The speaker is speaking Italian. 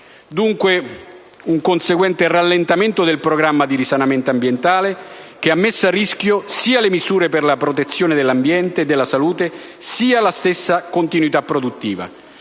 Dunque un conseguente rallentamento del programma di risanamento ambientale che ha messo a rischio sia le misure per la protezione dell'ambiente e della salute, sia la stessa continuità produttiva.